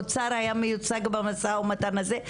האוצר היה מיוצג במשא-ומתן הזה,